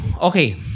okay